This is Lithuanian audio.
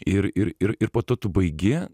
ir ir ir ir po to tu baigi